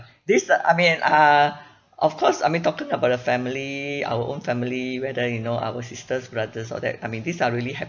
this uh I mean (uh huh) of course I mean talking about the family our own family whether you know our sisters brothers all that I mean these are really